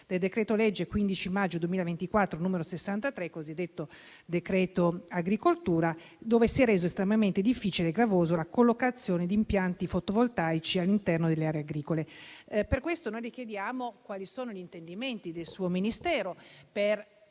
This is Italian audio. del decreto-legge 15 maggio 2024, n. 63, cosiddetto decreto agricoltura, dove si è resa estremamente difficile e gravosa la collocazione di impianti fotovoltaici all'interno delle aree agricole. Per questo noi le chiediamo quali sono gli intendimenti del suo Ministero per